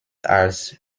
als